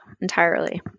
entirely